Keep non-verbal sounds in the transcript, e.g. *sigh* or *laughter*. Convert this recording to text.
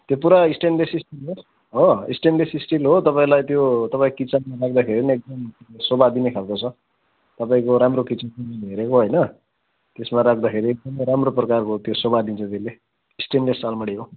त्यो पुरा stainless steel हो स्टिल हो तपाईँलाई त्यो तपाईँको किचनमा लाउँदाखेरि पनि एकदम सोभा दिने खालको छ तपाईँको राम्रो *unintelligible* हेरेको होइन त्यसमा राख्दाखेरि एकदमै राम्रो प्रकारको त्यो सोभा दिन्छ त्यसले स्टेनलेस आलमारी हो